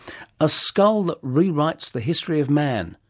a skull that rewrites the history of man,